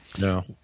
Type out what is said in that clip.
no